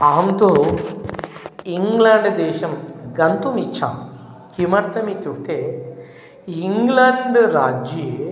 अहं तु इङ्ग्लाण्ड् देशं गन्तुम् इच्छामि किमर्थम् इत्युक्ते इङ्ग्लण्ड् राज्ये